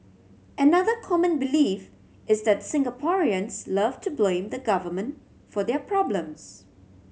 another common belief is that Singaporeans love to blame the Government for their problems